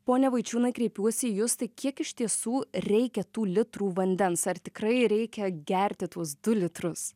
pone vaičiūnai kreipiuosi į jus tai kiek iš tiesų reikia tų litrų vandens ar tikrai reikia gerti tuos du litrus